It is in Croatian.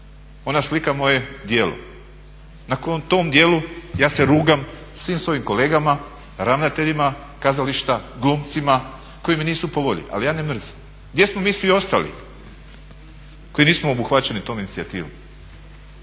Ona slika mu je djelo, na tom djelu ja se rugam svim svojim kolegama, ravnateljima kazališta, glumcima koji mi nisu po volji. Ali ja ne mrzim. Gdje smo mi svi ostali koji nismo obuhvaćeni tom inicijativom?